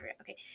Okay